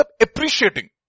appreciating